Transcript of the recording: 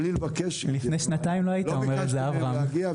אני חייב לציין לפרוטוקול שלא ביקשתי מהם להגיע,